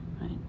right